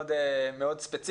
מאוד,